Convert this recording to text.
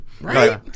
Right